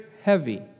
heavy